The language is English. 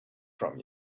from